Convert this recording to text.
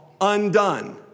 undone